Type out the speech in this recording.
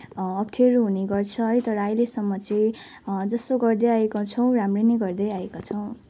अप्ठ्यारो हुने गर्छ है तर अहिलेसम्म चाहिँ जसो गर्दैआएका छौँ राम्रै नै गर्दैआएका छौँ